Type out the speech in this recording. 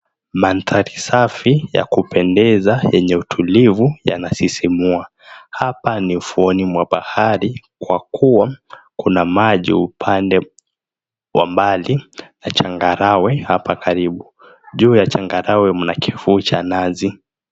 Mandhari safi ya kupendeza yenye utulivu, yanasisimua. Hapa ni ufuoni mwa bahari kwa kuwa, kuna maji upande wa mbali na changarawe hapa karibu. Juu ya changarawe mna kifuu cha nazi.